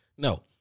No